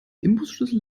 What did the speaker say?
imbusschlüssel